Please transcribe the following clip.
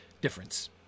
difference